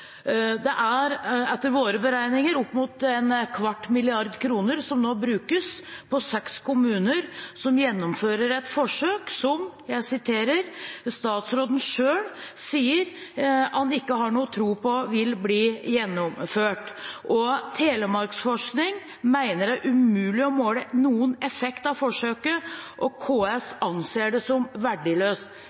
Det er etter våre beregninger opp mot en kvart milliard kroner som nå brukes på seks kommuner, som gjennomfører et forsøk som statsråden selv sier han ikke har noe tro på vil bli gjennomført. Telemarksforskning mener det er umulig å måle noen effekt av forsøket, og KS anser det som verdiløst.